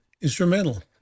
instrumental